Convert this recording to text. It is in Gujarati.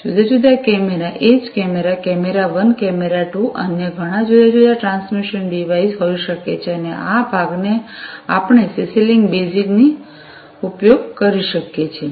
જુદા જુદા કેમેરા એ જ કેમેરા કેમેરા 1 કેમેરા 2 અન્ય ઘણા જુદા જુદા ટ્રાન્સમિશન ડિવાઇસીસ હોઈ શકે છે અને આ ભાગ ને આપણે સીસી લિંક બેઝિક નો ઉપયોગ કરી શકીએ છીએ